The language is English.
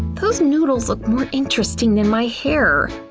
those noodles look more interesting than my hair.